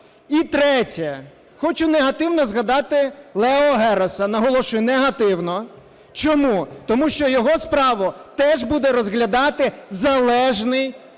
І третє. Хочу негативно згадати Гео Лероса. Наголошую, негативно. Чому? Тому що його справу теж буде розглядати залежний